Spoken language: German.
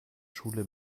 schule